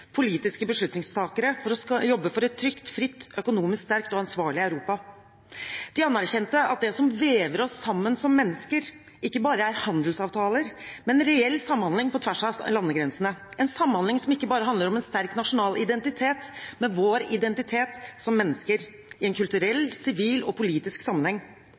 politiske beslutningstakere for å jobbe for et trygt, fritt og økonomisk sterkt og ansvarlig Europa. De anerkjente at det som vever oss sammen som mennesker, ikke bare er handelsavtaler, men også reell samhandling på tvers av landegrensene – en samhandling som ikke bare handler om en sterk nasjonal identitet, men som også handler om vår identitet som mennesker i en kulturell, sivil og politisk sammenheng.